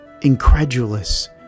incredulous